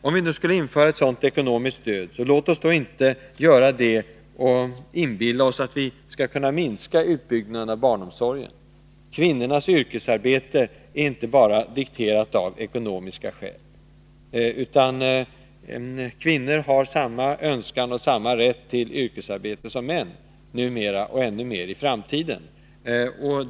Om vi nu skulle införa ett sådant ekonomiskt stöd, låt oss då inte inbilla oss att vi kan minska utbyggnaden av barnomsorgen. Kvinnornas yrkesarbete är inte bara dikterat av ekonomiska skäl, utan kvinnor har samma önskan och samma rätt till yrkesarbete som män numera, och det kommer att gälla ännu mer i framtiden.